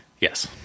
Yes